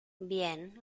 bien